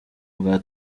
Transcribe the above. bwa